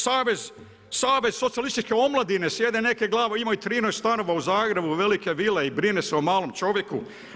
Saveze socijalističke omladine sjede neke glave, imaju 13 stanova u Zagrebu, velike vile i brine se o malom čovjeku.